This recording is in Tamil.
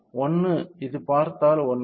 1 இது பார்த்தால் 1K